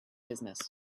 business